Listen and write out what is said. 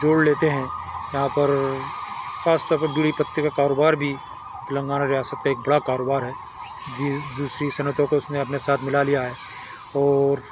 جوڑ لیتے ہیں یہاں پر خاص طور پر بیری پتے کا کاروبار بھی تلنگانہ ریاست کا ایک بڑا کاروبار ہے دوسری صنعتوں کو اس میں اپنے ساتھ ملا لیا ہے اور